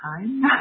time